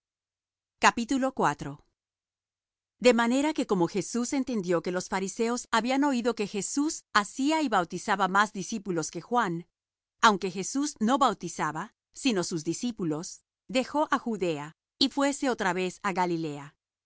sobre él de manera que como jesús entendió que los fariseos habían oído que jesús hacía y bautizaba más discípulos que juan aunque jesús no bautizaba sino sus discípulos dejó á judea y fuése otra vez á galilea